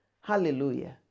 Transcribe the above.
Hallelujah